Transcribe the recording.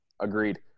agreed